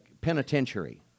Penitentiary